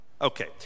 Okay